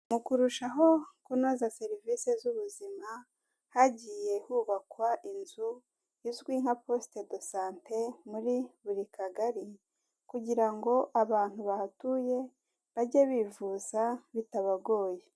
Mu kurushaho kunoza serivise z'ubuzima, hagiye hubakwa inzu izwi nka Poste de Sante muri buri Kagari kugira ngo abantu bahatuye bajye bivuza bitabagoye.